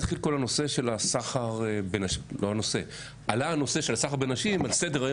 עלה הנושא של הסחר בנשים על סדר-היום